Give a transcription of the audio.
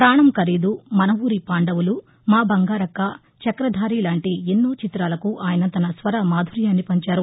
పాణం ఖరీదు మన ఊరి పాందవులు మా బంగారక్క చక్రధారి లాంటి ఎన్నో చిత్రాలకు ఆయన తన స్వర మాధుర్యాన్ని పంచారు